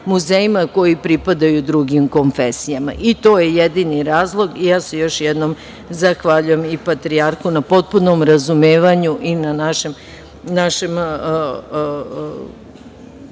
koji pripadaju drugim konfesijama. I to je jedini razlog. Ja se još jednom zahvaljujem patrijarhu na potpunom razumevanju i na našem